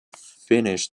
finished